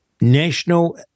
National